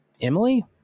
Emily